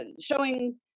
showing